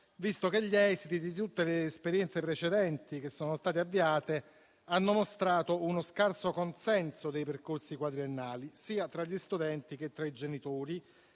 visto che gli esiti di tutte le esperienze precedenti che sono state avviate hanno mostrato uno scarso consenso verso i percorsi quadriennali, sia tra gli studenti sia tra i genitori,